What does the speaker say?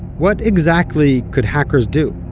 what exactly could hackers do?